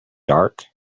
dark